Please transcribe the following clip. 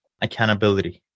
accountability